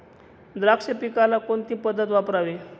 द्राक्ष पिकाला कोणती पद्धत वापरावी?